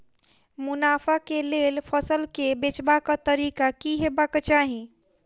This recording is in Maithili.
मुनाफा केँ लेल फसल केँ बेचबाक तरीका की हेबाक चाहि?